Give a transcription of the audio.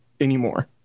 anymore